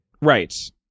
Right